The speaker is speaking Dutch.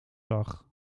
zag